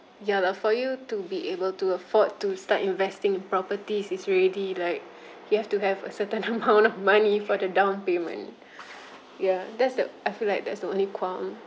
ya but for you to be able to afford to start investing in properties is already like you have to have a certain amount of money for the down payment ya that's the I feel like that's the only qualm